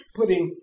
putting